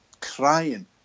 crying